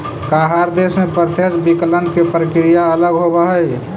का हर देश में प्रत्यक्ष विकलन के प्रक्रिया अलग होवऽ हइ?